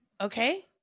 Okay